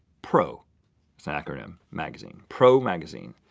pro it's an acronym magazine. pro magazine.